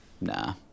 Nah